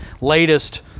latest